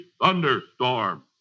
Thunderstorm